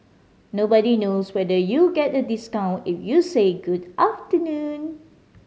nobody knows whether you'll get a discount if you say good afternoon